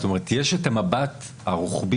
לוועדה הזאת יש את המבט הרוחבי,